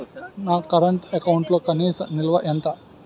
నా కరెంట్ అకౌంట్లో కనీస నిల్వ ఎంత?